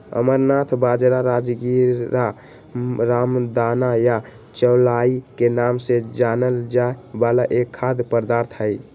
amaranth बाजरा, राजगीरा, रामदाना या चौलाई के नाम से जानल जाय वाला एक खाद्य पदार्थ हई